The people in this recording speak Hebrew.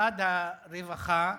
במשרד הרווחה